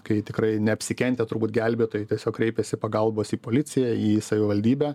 kai tikrai neapsikentę turbūt gelbėtojai tiesiog kreipėsi pagalbos į policiją į savivaldybę